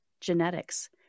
genetics